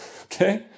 Okay